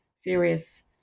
serious